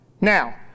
Now